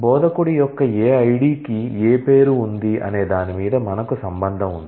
బోధకుడి యొక్క ఏ ఐడికి ఏ పేరు ఉంది అనే దాని మధ్య మనకు రిలేషన్ ఉంది